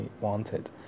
wanted